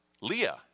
Leah